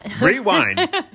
rewind